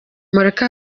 mureke